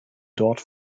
dort